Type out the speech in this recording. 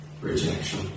rejection